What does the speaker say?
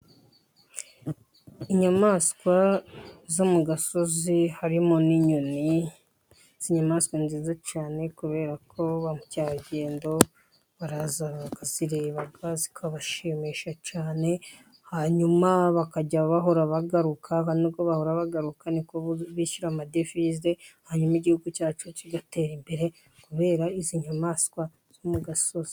Inyamaswa zo mu gasozi harimo n'inyoni, izi nyamaswa ni nziza cyane kubera ko ba mukerarugendo baraza bakazireba, zikabashimisha cyane hanyuma bakajya bahora bagaruka, kandi uko bahora bagaruka ni ko bishyura amadevize hanyuma igihugu cyacu kigatera imbere, kubera izi nyamaswa zo mu gasozi.